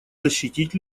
защитить